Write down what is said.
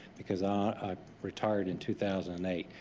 because i retired in two thousand and eight.